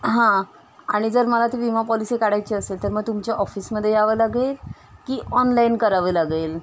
हां आणि जर मला ती विमा पॉलिसी काढायची असेल तर मग तुमच्या ऑफिसमध्ये यावं लागेल की ऑनलाइन करावं लागेल